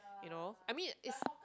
you know I mean it's